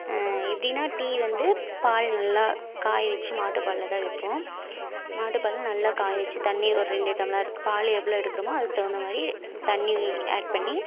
எப்படின்னா டீ வந்து பால் நல்லா காய வச்சி மாட்டுப் பால்ல தான் வைப்போம் மாட்டுப்பாலை நல்லா காய வச்சி தண்ணி ஒரு ரெண்டு டம்ளர் பால் எவ்வளோ எடுக்கிறோமோ அதுக்கு தகுந்த மாதிரி தண்ணி ஆட் பண்ணி